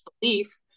belief